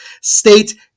State